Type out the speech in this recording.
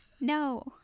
no